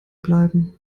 bleiben